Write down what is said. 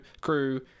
crew